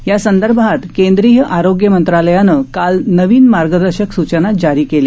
यासंदर्भात केंद्रीय आरोग्य मंत्रालयाने काल नवीन मार्गदर्शक सूचना जारी केल्या